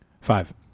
Five